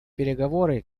переговоры